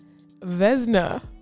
Vesna